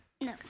No